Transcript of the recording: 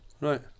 Right